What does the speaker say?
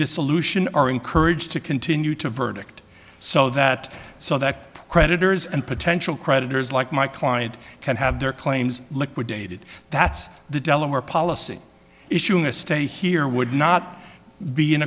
dissolution are encouraged to continue to verdict so that so that creditors and potential creditors like my client can have their claims liquidated that's the delaware policy issue a stay here would not be in